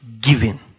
giving